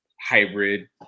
hybrid